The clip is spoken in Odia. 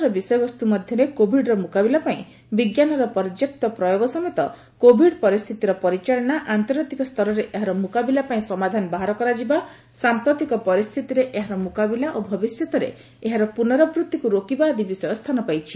ଆଲୋଚନାର ବିଷୟବସ୍ତୁ ମଧ୍ୟରେ କୋବିଡର ମୁକାବିଲା ପାଇଁ ବିଜ୍ଞାନର ପର୍ଯ୍ୟାପ୍ତ ପ୍ରୟୋଗ ସମେତ କୋବିଡ ପରିସ୍ଥିତିର ପରିଚାଳନା ଆନ୍ତର୍ଜାତିକ ସ୍ତରରେ ଏହାର ମୁକାବିଲା ପାଇଁ ସମାଧାନ ବାହାର କରାଯିବା ସାଂପ୍ରତିକ ପରିସ୍ଥିତିରେ ଏହାର ମୁକାବିଲା ଓ ଭବିଷ୍ୟତରେ ଏହାର ପୁନରାବୃତ୍ତିକୁ ରୋକିବା ଆଦି ବିଷୟ ସ୍ଥାନ ପାଇଛି